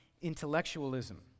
intellectualism